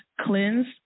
cleanse